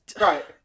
Right